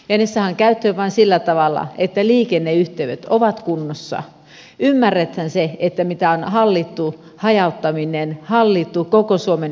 ne saadaan käyttöön vain sillä tavalla että liikenneyhteydet ovat kunnossa ja ymmärretään mitä on hallittu hajauttaminen hallittu koko suomen hyödyntäminen